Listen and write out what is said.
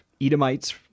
Edomites